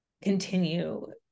continue